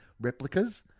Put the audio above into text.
replicas